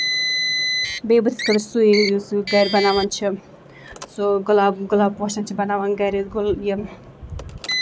بیٚیہِ بٔتھِس خٲطرٕ چھُ سُے یُس گرِ بَناوان چھِ سُہ گۄلاب گۄلاب پوشن چھِ بَناوان گرِ یِم